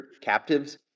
captives